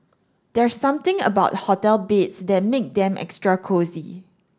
there's something about hotel beds that make them extra cosy